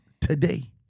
today